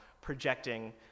projecting